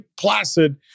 Placid